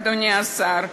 אדוני השר.